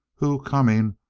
who, coming,